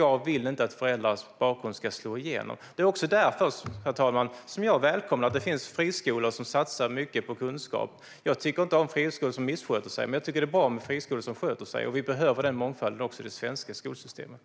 Jag vill inte att föräldrarnas bakgrund ska slå igenom. Det är också därför, herr talman, som jag välkomnar att det finns friskolor som satsar mycket på kunskap. Jag tycker inte om friskolor som missköter sig, men jag tycker att det är bra med friskolor som sköter sig. Vi behöver den mångfalden också i det svenska skolsystemet.